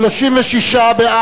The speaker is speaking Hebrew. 36 בעד,